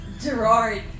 Gerard